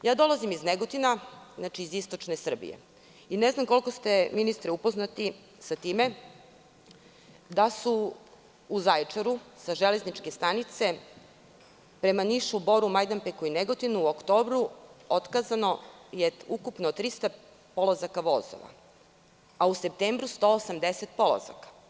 Dolazim iz Negotina, iz Istočne Srbije i ne znam koliko ste upoznati, ministre, sa time da su u Zaječaru sa železničke stanice prema Nišu, Boru, Majdanpeku i Negotinu u oktobru otkazano 300 polazaka vozova, a u septembru 180 polazaka.